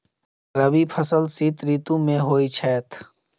रबी फसल शीत ऋतु मे होए छैथ?